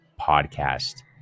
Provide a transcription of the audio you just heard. podcast